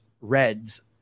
Reds